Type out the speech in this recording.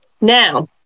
Now